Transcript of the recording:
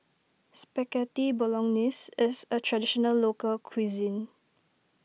Spaghetti Bolognese is a Traditional Local Cuisine